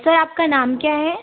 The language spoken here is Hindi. सर आपका नाम क्या है